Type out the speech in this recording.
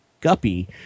Guppy